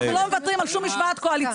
אנחנו לא מוותרים על שום משמעת קואליציונית.